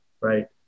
right